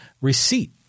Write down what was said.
receipt